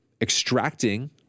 extracting